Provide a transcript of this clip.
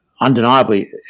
undeniably